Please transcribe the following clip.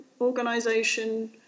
organization